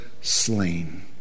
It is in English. slain